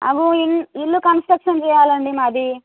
అగు ఇల్లు కన్స్ట్రక్షన్ చెయ్యాలండి మాది